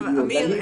אבל אמיר,